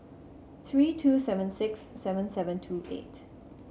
three two seven six seven seven two eight